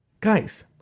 guys